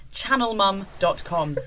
channelmum.com